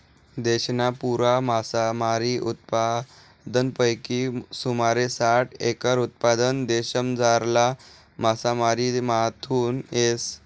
देशना पुरा मासामारी उत्पादनपैकी सुमारे साठ एकर उत्पादन देशमझारला मासामारीमाथून येस